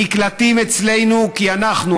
נקלטים אצלנו כי אנחנו,